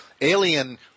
alien